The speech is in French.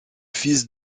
fils